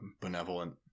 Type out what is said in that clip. benevolent